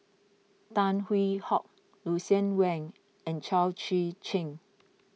Tan Hwee Hock Lucien Wang and Chao Tzee Cheng